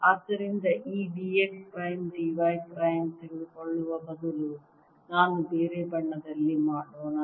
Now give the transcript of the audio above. ಆದ್ದರಿಂದ ಈ d x prime d y prime ತೆಗೆದುಕೊಳ್ಳುವ ಬದಲು ನಾನು ಬೇರೆ ಬಣ್ಣದಲ್ಲಿ ಮಾಡೋಣ